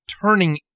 turning